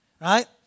right